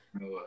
No